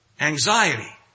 anxiety